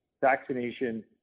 vaccination